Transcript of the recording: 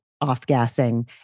off-gassing